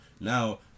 Now